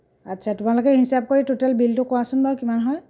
আচ্ছা তোমালোকে হিচাপ কৰি টোটেল বিলটো কোৱাচোন বাৰু কিমান হয়